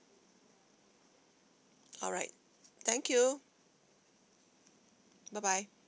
alright thank you bye bye